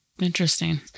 Interesting